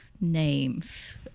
names